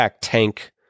tank